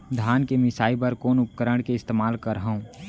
धान के मिसाई बर कोन उपकरण के इस्तेमाल करहव?